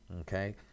Okay